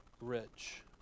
rich